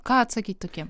ką atsakyt tokiem